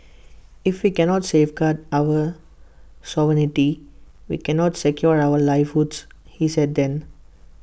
if we cannot safeguard our sovereignty we cannot secure our livelihoods he said then